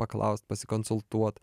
paklaust pasikonsultuot